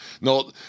no